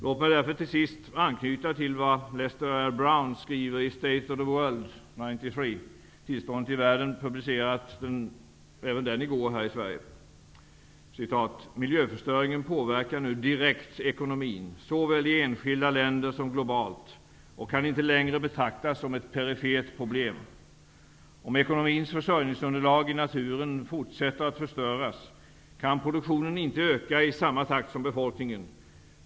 Låt mig därför till sist anknyta till vad Lester R. Brown skriver i State of the World 93 -- Tillståndet i världen, även den publicerad i går här i Sverige: ''Miljöförstöringen påverkar nu direkt ekonomin såväl i enskilda länder som globalt och kan inte längre betraktas som ett perifert problem. Om ekonomins försörjningsunderlag i naturen fortsätter att förstöras, kan produktionen inte öka i samma takt som befolkningen.